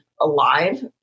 alive